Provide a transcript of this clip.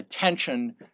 attention